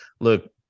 look